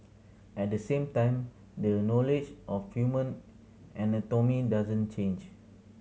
at the same time the knowledge of human anatomy doesn't change